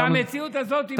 המציאות הזאת היא מציאות,